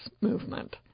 movement